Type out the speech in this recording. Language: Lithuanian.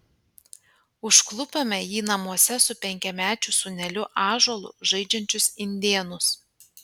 užklupome jį namuose su penkiamečiu sūneliu ąžuolu žaidžiančius indėnus